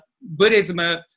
Buddhism